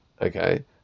okay